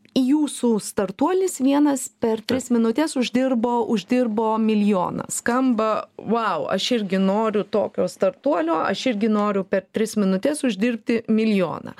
jūsų startuolis vienas per tris minutes uždirbo uždirbo milijoną skamba vau aš irgi noriu tokio startuolio aš irgi noriu per tris minutes uždirbti milijoną